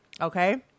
Okay